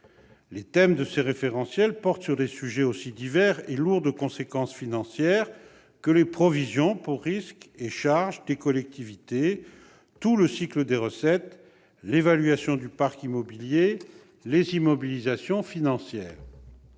Les thèmes de ces référentiels portent sur des sujets aussi divers et lourds de conséquences financières que les provisions pour risques et charges des collectivités, tout le cycle des recettes, l'évaluation du parc immobilier et les immobilisations financières.